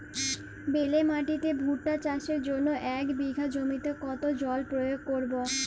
বেলে মাটিতে ভুট্টা চাষের জন্য এক বিঘা জমিতে কতো জল প্রয়োগ করব?